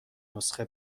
نسخه